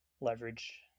leverage